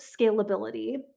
scalability